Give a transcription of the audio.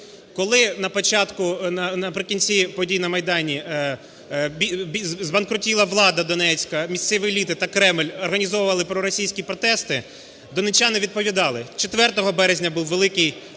наприкінці подій на Майдані збанкрутіла влада Донецька, місцева еліта та Кремль організовували проросійські протести, донеччани відповідали 4 березня був великий мітинг